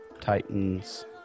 Titans –